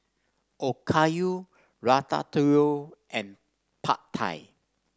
Okayu Ratatouille and Pad Thai